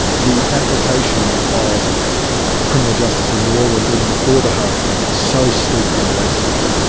the application of criminal justice in new orleans even before the hurricane, was so steeped in racism,